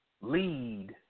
lead